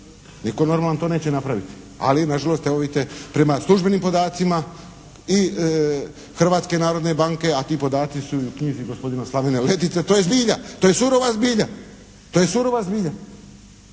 Nitko normalan to neće napraviti, ali na žalost evo vidite prema službenim podacima i Hrvatske narodne banke, a ti podaci su u knjizi gospodina Slavena Letice, to je zbilja, to je surova zbilja.